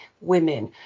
women